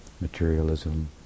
materialism